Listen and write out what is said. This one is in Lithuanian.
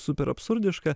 super absurdiška